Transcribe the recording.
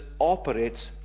operates